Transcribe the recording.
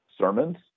sermons